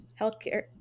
healthcare